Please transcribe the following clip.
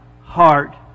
heart